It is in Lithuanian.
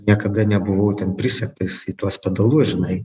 niekada nebuvau ten prisegtas į tuos pedalus žinai